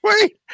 wait